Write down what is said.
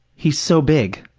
he's so big.